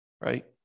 Right